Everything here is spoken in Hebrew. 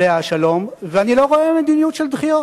עליה השלום, ואני לא רואה מדיניות של דחיות.